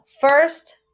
first